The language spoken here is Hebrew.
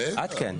את כאן.